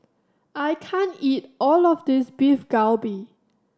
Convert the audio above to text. I can't eat all of this Beef Galbi